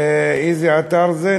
איזה אתר זה?